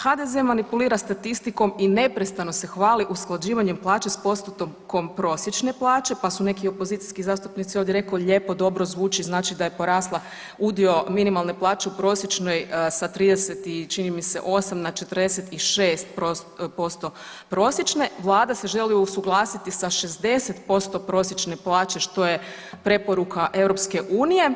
HDZ manipulira statistikom i neprestano se hvali usklađivanjem plaće s postotkom prosječne plaće pa su neki opozicijski zastupnici ovdje rekao lijepo dobro zvuči znači da je porasla udio minimalne plaće u prosječnoj sa 30 čini mi se osam na 46% prosječna, Vlada se želi usuglasiti sa 60% prosječne plaće što je preporuka EU.